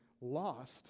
lost